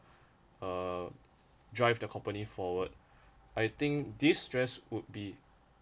uh drive the company forward I think this stress would be